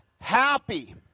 happy